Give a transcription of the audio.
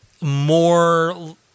more